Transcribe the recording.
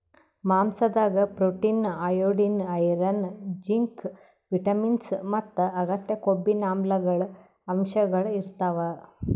ಮಾಂಸಾದಾಗ್ protein, iodine, iron, zinc, vitamins ಮತ್ತ್ ಅಗತ್ಯ ಕೊಬ್ಬಿನಾಮ್ಲಗಳ್ ಅಂಶಗಳ್ ಇರ್ತವ್